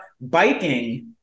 biking